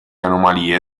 anomalie